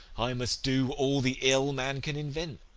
i must do all the ill man can invent!